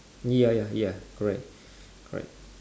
ya ya ya correct correct